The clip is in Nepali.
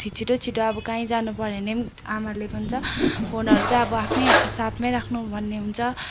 छिटो छिटो अब काहीँ जानुपर्यो भने पनि आमाहरूले हुन्छ फोनहरू चाहिँ अब आफ्नै साथमै राख्नु भन्ने हुन्छ